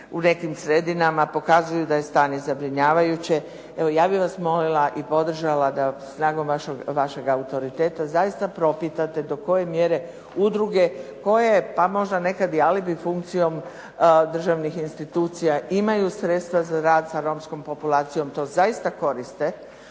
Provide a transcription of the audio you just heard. u nekim sredinama pokazuju da je stanje zabrinjavajuće, evo ja bih vas molila i podržala da snagom vašeg autoriteta zaista propitate do koje mjere udruge, a možda nekada i alibi funkcijom državnih institucija imaju sredstva za rad sa romskom populacijom to zaista koriste